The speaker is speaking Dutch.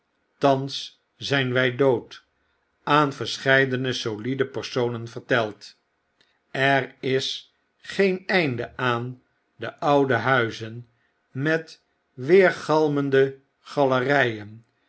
wy dood aan verscheidene solide personen verteld er is geen einde aan de oude huizen met weergalmende